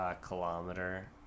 Kilometer